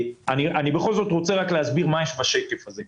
אני בכל זאת רוצה להסביר מה יש בשקף הזה,